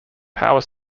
power